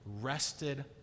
rested